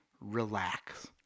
relax